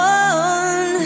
one